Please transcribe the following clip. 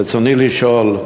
רצוני לשאול: